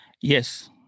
Yes